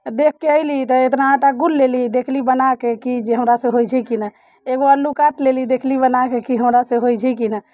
तऽ देखिके अयली तऽ इतना आँटा गूँथ लेली देखली बनाके कि जे हमरा से होइत छै कि नहि एगो आलू काटि लेली देखली बनाके कि हमरा से होइत छै कि नहि